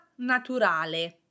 naturale